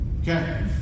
Okay